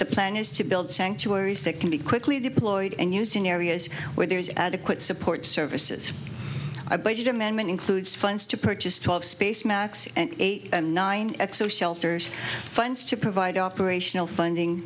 the plan is to build sanctuaries that can be quickly deployed and used in areas where there is adequate support services a budget amendment includes funds to purchase twelve space max eight nine x zero shelters funds to provide operational funding